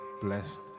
Blessed